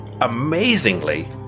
amazingly